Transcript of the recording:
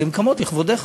אז הן קמות לכבודך.